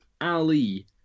Ali